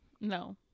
No